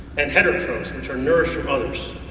and heterotrophs which are nourished from others.